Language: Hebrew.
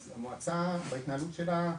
אז המועצה בהתנהלות שלה,